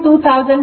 96 ಬರುತ್ತಿದೆ